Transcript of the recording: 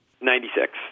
Ninety-six